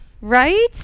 Right